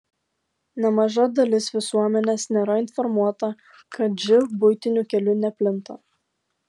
nemaža dalis visuomenės nėra informuota kad živ buitiniu keliu neplinta